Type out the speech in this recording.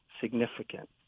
significant